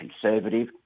conservative